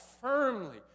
firmly